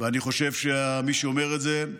ואני חושב שמי שאומר את זה,